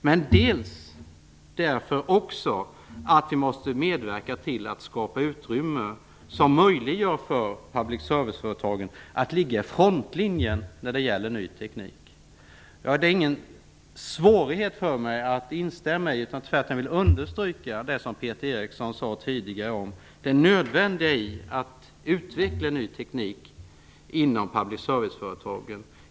Vidare föreslås att vi måste medverka till att skapa utrymme som möjliggör för public service-företagen att ligga i frontlinjen när det gäller ny teknik. Det är ingen svårighet för mig att instämma i detta. Jag vill tvärtom understryka det som Peter Eriksson sade tidigare om det nödvändiga i att utveckla ny teknik inom public service-företagen.